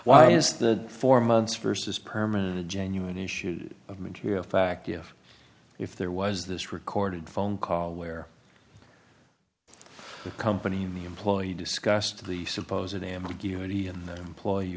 why is that for months vs permanent genuine issues of material fact if if there was this recorded phone call where a company in the employee discussed the supposed ambiguity in the employee